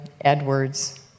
edwards